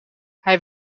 hij